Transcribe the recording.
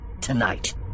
tonight